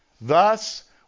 Thus